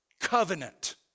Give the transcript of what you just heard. covenant